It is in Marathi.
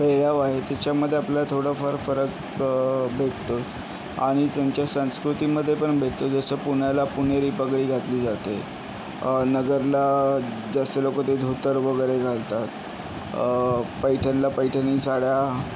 पेहराव आहे तेच्यामधे आपल्या थोडंफार फरक भेटतो आणि त्यांच्या संस्कृतीमध्ये पण भेटतो जसं पुण्याला पुणेरी पगडी घातली जाते नगरला जास्त लोकं ते धोतर वगैरे घालतात पैठणला पैठणी साड्या